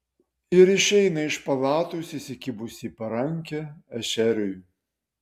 ir išeina iš palatos įsikibusi į parankę ešeriui